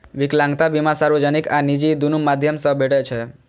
विकलांगता बीमा सार्वजनिक आ निजी, दुनू माध्यम सं भेटै छै